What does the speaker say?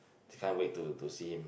can't wait to see him